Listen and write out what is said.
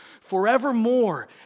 forevermore